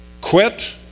Quit